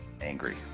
angry